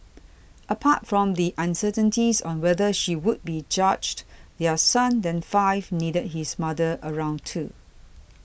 apart from the uncertainties on whether she would be charged their son then five needed his mother around too